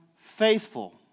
faithful